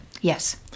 Yes